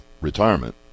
retirement